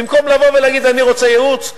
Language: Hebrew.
במקום לבוא ולהגיד: אני רוצה ייעוץ,